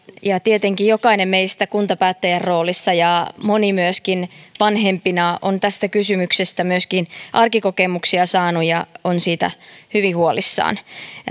ja tietenkin jokainen meistä kuntapäättäjän roolissa ja moni myöskin vanhempana on tästä kysymyksestä myöskin arkikokemuksia saanut ja on siitä hyvin huolissaan